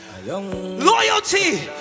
Loyalty